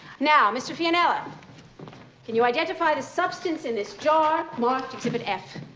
now, mr. fianella, can you identify the substance in this jar marked exhibit f?